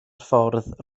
ffordd